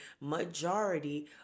majority